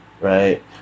Right